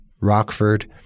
Rockford –